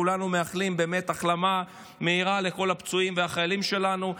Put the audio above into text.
כולנו מאחלים החלמה מהירה לכל הפצועים והחיילים שלנו.